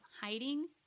hiding